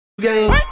game